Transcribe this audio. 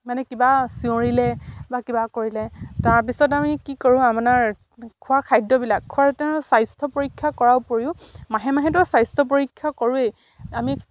মানে কিবা চিঞৰিলে বা কিবা কৰিলে তাৰপিছত আমি কি কৰোঁ আপোনাৰ খোৱাৰ খাদ্যবিলাক খোৱাৰ তেওঁ স্বাস্থ্য পৰীক্ষা কৰাৰ উপৰিও মাহে মাহেটো স্বাস্থ্য পৰীক্ষা কৰোৱেই আমি